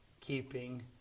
keeping